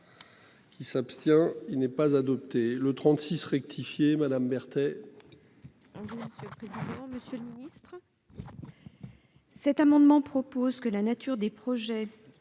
Il s'abstient. Il n'est pas adopté le 36 rectifié Madame Berthet. On se présente, Monsieur le Ministre. Cet amendement. Oh ce que la nature des projets